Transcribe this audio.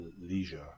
Leisure